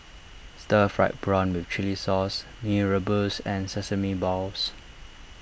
Stir Fried Prawn with Chili Sauce Mee Rebus and Sesame Balls